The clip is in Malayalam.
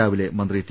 രാവിലെ മന്ത്രി ടി